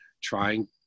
trying